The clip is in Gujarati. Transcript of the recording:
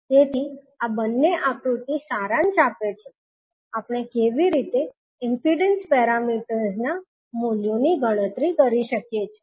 તેથી આ બંને આકૃતિ સારાંશ આપે છે કે આપણે કેવી રીતે ઇમ્પિડન્સ પેરામીટર્સ ના મૂલ્યની ગણતરી કરી શકીએ છીએ